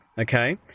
okay